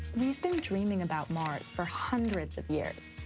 we've been dreaming about mars for hundreds of years.